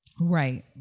Right